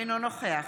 אינו נוכח